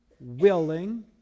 willing